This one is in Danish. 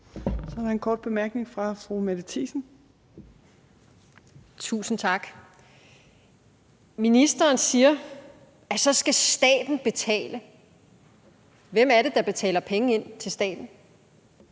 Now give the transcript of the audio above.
Så er der en kort bemærkning fra fru Mette Thiesen. Kl. 17:49 Mette Thiesen (NB): Tusind tak. Ministeren siger, at så skal staten betale. Hvem er det, der betaler penge ind til staten?